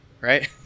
right